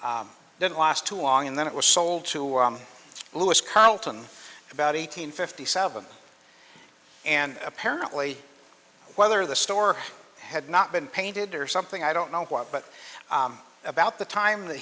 didn't last too long and then it was sold to louis cotton about eight hundred fifty seven and apparently whether the store had not been painted or something i don't know what but about the time that